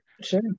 sure